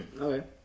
Okay